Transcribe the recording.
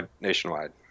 nationwide